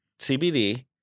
CBD